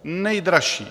Nejdražší!